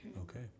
Okay